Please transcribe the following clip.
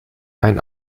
ein